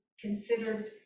considered